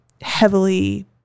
heavily